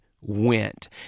went